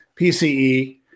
PCE